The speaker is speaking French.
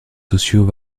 sociaux